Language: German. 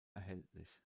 erhältlich